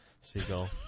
seagull